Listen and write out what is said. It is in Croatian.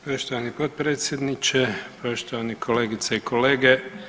Poštovani potpredsjedniče, poštovane kolegice i kolege.